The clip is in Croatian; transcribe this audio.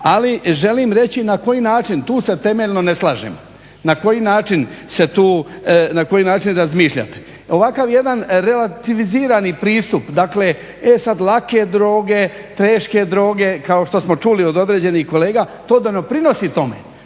Ali želim reći na koji način, tu se temeljno ne slažemo. Na koji način razmišljate. Ovakav jedan relativizirani pristup, dakle e sad lake droge, teške droge kao što smo čuli od određenih kolega to ne doprinosi tome